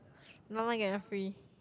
buy one get one free